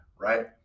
Right